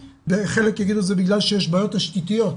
חלק יגידו שזה בגלל שיש בעיות תשתיתיות,